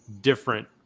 different